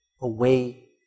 away